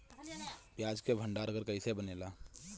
प्याज के भंडार घर कईसे बनेला?